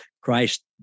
Christ